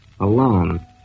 alone